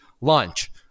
lunch